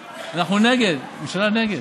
זה של עודד פורר, נכון?